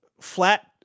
flat